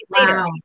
later